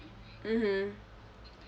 mmhmm